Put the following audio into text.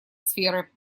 сферы